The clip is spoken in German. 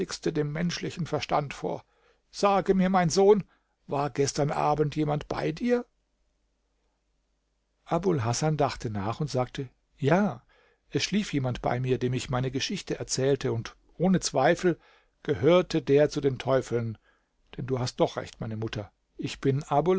dem menschlichen verstand vor sage mir mein sohn war gestern abend jemand bei dir abul hasan dachte nach und sagte ja es schlief jemand bei mir dem ich meine geschichte erzählte und ohne zweifel gehörte der zu den teufeln denn du hast doch recht meine mutter ich bin